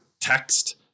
text